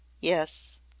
Yes